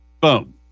Boom